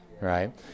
right